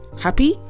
happy